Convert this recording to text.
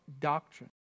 doctrine